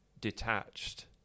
detached